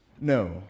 No